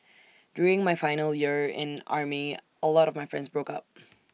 during my final year in army A lot of my friends broke up